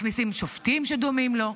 מכניסים שופטים שדומים לו.